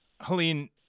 Helene